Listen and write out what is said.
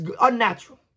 unnatural